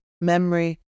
memory